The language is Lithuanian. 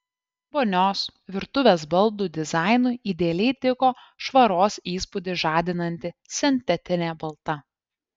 vonios virtuvės baldų dizainui idealiai tiko švaros įspūdį žadinanti sintetinė balta